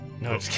No